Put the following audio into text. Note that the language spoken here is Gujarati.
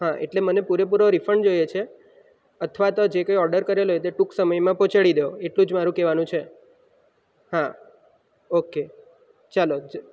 હા એટલે મને પૂરેપૂરો રિફંડ જોઈએ છે અથવા તો જે કંઈ ઓડર કરેલ હોય તે ટૂંક સમયમાં પહોંચાડી દો એટલું જ મારું કહેવાનું છે હા ઓકે ચાલો